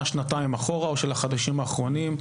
שנתיים אחורה או של החודשים האחרונים,